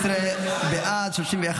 12 בעד, 31